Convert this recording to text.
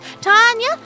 Tanya